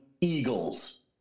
Eagles